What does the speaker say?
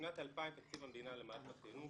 בשנת 2000 תקציב המדינה למערכת החינוך,